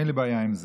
אין לי בעיה עם זה,